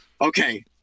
okay